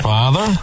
Father